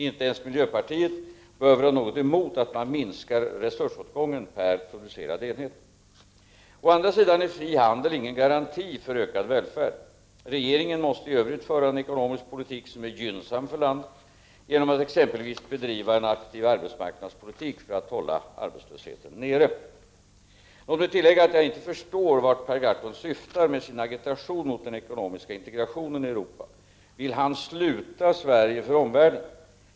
Inte ens miljöpartiet bör väl ha något emot att man minskar resursåtgången per producerad enhet. Å andra sidan är fri handel ingen garanti för ökad välfärd. Regeringen måste i övrigt föra en ekonomisk politik som är gynnsam för landet, genom att exempelvis bedriva en aktiv arbetsmarknadspolitik för att hålla arbetslösheten nere. Låt mig tillägga att jag inte förstår vart Per Gahrton syftar med sin agita tion mot den ekonomiska integrationen i Europa. Vill han sluta Sverige för omvärlden?